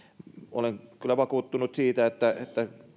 olen kyllä vakuuttunut siitä että